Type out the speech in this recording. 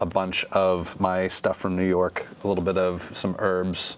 a bunch of my stuff from new york, a little bit of some herbs,